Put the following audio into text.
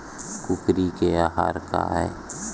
कुकरी के आहार काय?